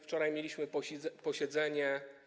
Wczoraj mieliśmy posiedzenie.